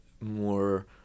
more